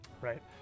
Right